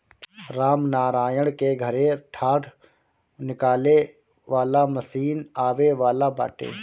रामनारायण के घरे डाँठ निकाले वाला मशीन आवे वाला बाटे